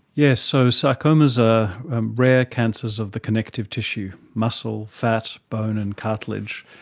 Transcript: yes, so sarcomas are rare cancers of the connective tissue muscle, fat, bone and cartilage.